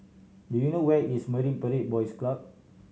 do you know where is Marine Parade Boys Club